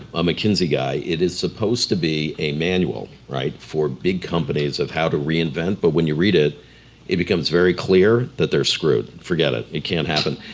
a mckinsey guy. it is supposed to be a manual, right, for big companies of how to reinvent, but when you read it it becomes very clear that they're screwed. forget it, it can't happen.